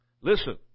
Listen